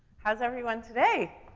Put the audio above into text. how's everyone today?